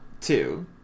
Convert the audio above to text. Two